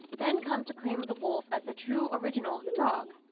then comes the claim of the wolf as the true original of the dog.